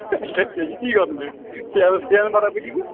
بَرابٔدی